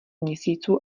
měsíců